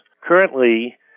Currently